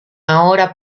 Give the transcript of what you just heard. ahora